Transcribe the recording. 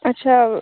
अच्छा